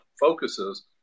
focuses